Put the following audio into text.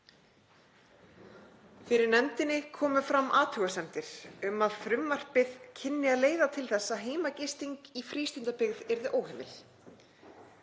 Fyrir nefndinni komu fram athugasemdir um að frumvarpið kynni að leiða til þess að heimagisting í frístundabyggð yrði óheimil.